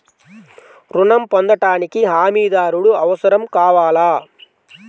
ఋణం పొందటానికి హమీదారుడు అవసరం కావాలా?